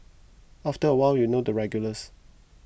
after a while you know the regulars